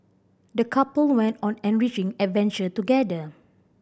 the couple went on an enriching adventure together